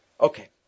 Okay